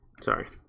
Sorry